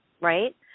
right